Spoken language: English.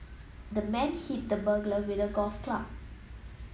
the man hit the burglar with a golf club